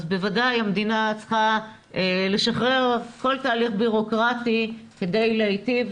אז בוודאי המדינה צריכה לשחרר כל תהליך בירוקרטי כדי להיטיב